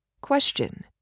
Question